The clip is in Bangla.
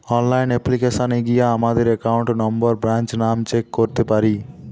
অনলাইন অ্যাপ্লিকেশানে গিয়া আমাদের একাউন্ট নম্বর, ব্রাঞ্চ নাম চেক করতে পারি